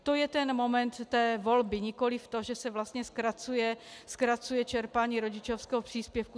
To je ten moment volby, nikoliv to, že se vlastně zkracuje čerpání rodičovského příspěvku.